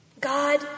God